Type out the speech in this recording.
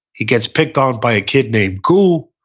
he gets picked on by a kid named ghoul,